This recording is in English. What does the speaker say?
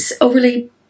overly